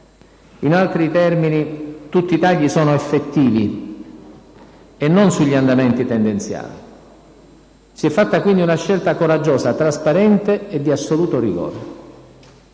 In altri termini, tutti i tagli sono effettivi e non sugli andamenti tendenziali. Si è fatta quindi una scelta coraggiosa, trasparente e di assoluto rigore.